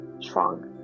Strong